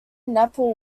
nepal